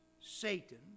Satan